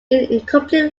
incomplete